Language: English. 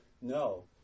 No